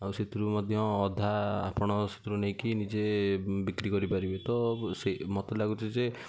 ଆଉ ସେଥିରୁ ମଧ୍ୟ ଅଧା ଆପଣ ସେଥିରୁ ନେଇକି ନିଜେ ବିକ୍ରି କରିପାରିବେ ତ ସେ ମୋତେ ଲାଗୁଛି ଯେ